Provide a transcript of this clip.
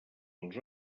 els